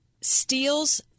steals